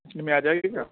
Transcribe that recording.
اتنے میں آ جائے گا